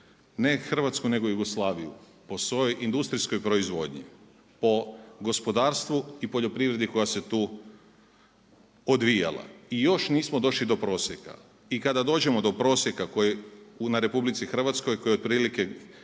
ne Hrvatsku nego Jugoslaviju po svojoj industrijskoj proizvodnji, po gospodarstvu i poljoprivredi koja se tu odvijala i još nismo došli do prosjeka. I kada dođemo do prosjeka na RH koji je otprilike